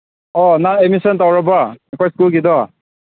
ꯑꯣ ꯅꯪ ꯑꯦꯗꯃꯤꯁꯟ ꯇꯧꯔꯕꯣ ꯑꯩꯈꯣꯏ ꯁ꯭ꯀꯨꯜꯒꯤꯗꯣ